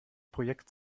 projekt